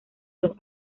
los